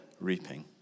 reaping